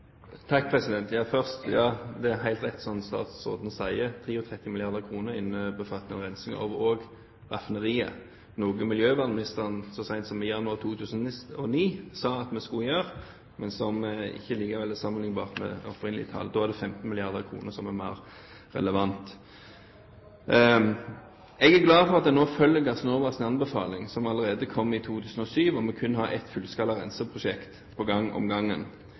Først: Ja, det er helt riktig som statsråden sier: 33 mrd. kr innbefatter rensing også av raffineriet, noe miljøvernministeren så sent som i januar 2009 sa at vi skulle gjøre, men som ikke likevel er sammenliknbart med opprinnelige tall. Da er det 15 mrd. kr som er mer relevant. Jeg er glad for at man nå følger Gassnovas anbefaling, som kom allerede i 2007, om at vi kun har ett fullskala renseprosjekt på gang om gangen.